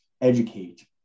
educate